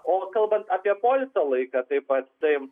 o kalbant apie poilsio laiką taip pat tai